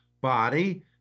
body